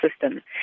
system